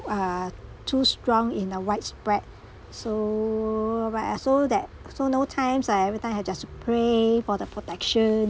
ah too strong in the widespread so when I saw that saw know times I every time I've just to pray for the protection